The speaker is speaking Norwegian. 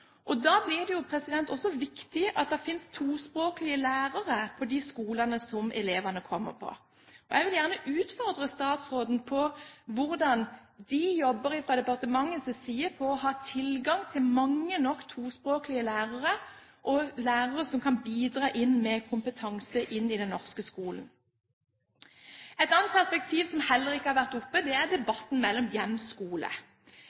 Da blir det også viktig at det finnes tospråklige lærere på de skolene som elevene kommer til. Jeg vil gjerne utfordre statsråden på hvordan en jobber fra departementets side for å ha tilgang til mange nok tospråklige lærere og lærere som kan bidra med kompetanse inn i den norske skolen. Et annet perspektiv som heller ikke har vært oppe i debatten, er samarbeidet mellom hjem og skole. Det er